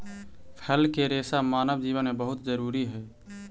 फल के रेसा मानव जीवन में बहुत जरूरी हई